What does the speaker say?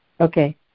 Okay